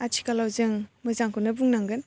आथिखालाव जों मोजांखौनो बुंनांगोन